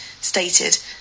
stated